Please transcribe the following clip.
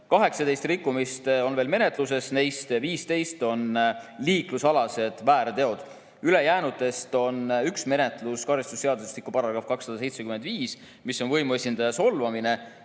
18 rikkumist on veel menetluses, neist 15 on liiklusalased väärteod. Ülejäänutest on üks menetlus karistusseadustiku § 275 alusel, mis käsitleb võimuesindaja solvamist,